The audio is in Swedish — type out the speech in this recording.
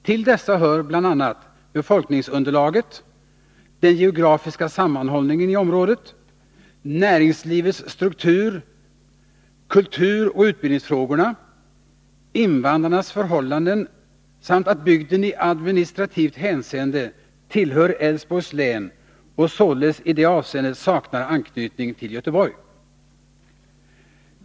Till dessa hör bl.a. befolkningsunderlaget, den geografiska sammanhållningen i området, näringslivets struktur, kulturoch utbildningsfrågorna, invandrarnas förhållanden samt att bygden i administrativt hänseende tillhör Älvsborgs län och således i det avseendet saknar anknytning till Göteborg.